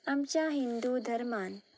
आमच्या हिंदू धर्मान